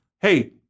Hey